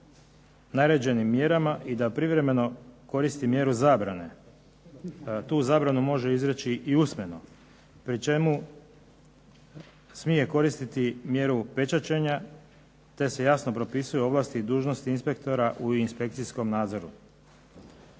naređenim mjerama i da privremeno koristi mjeru zabrane. Tu zabranu može izreći i usmeno, pri čemu smije koristiti mjeru pečaćenja te se jasno propisuju ovlasti i dužnosti inspektora u inspekcijskom nadzoru.